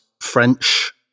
French